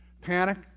Panic